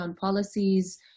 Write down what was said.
policies